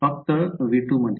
फक्त V2 मध्ये